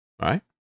right